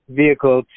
vehicle